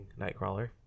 Nightcrawler